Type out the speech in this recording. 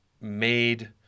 made